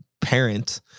parent